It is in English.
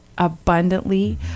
abundantly